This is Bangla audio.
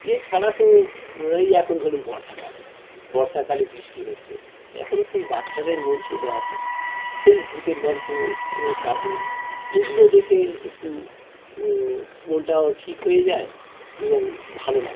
এছাড়া তো এই এখন ধরুন বর্ষাকাল বর্ষাকালে বৃষ্টি হচ্ছে এখনো সেই বাচ্চাদের মন চলে আসে সেই ভূতের গল্প ওই কার্টুন এগুলো দেখে একটু মনটাও ঠিক হয়ে যায় এবং ভালো লাগে